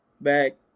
back